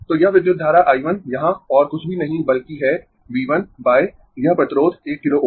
तो यह विद्युत धारा I 1 यहाँ और कुछ भी नहीं बल्कि है V 1 यह प्रतिरोध 1 किलो Ω